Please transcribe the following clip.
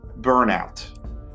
burnout